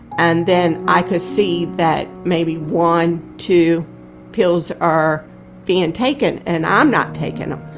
and then i could see that maybe one, two pills are being and taken, and i'm not taking them.